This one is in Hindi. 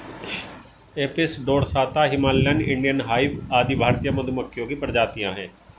एपिस डोरसाता, हिमालयन, इंडियन हाइव आदि भारतीय मधुमक्खियों की प्रजातियां है